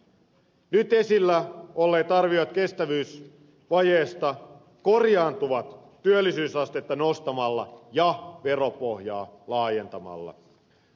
nyt esillä olleet arviot kestävyysvajeesta korjaantuvat työllisyysastetta nostamalla ja veropohjaa laajentamalla